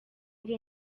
uri